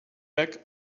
back